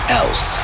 else